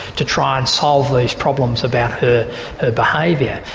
to try and solve these problems about her behaviour.